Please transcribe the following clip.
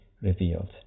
revealed